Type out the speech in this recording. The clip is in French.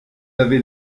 avait